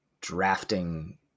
drafting